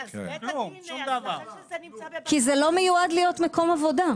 כי זה לא מועד להיות מקום עבודה.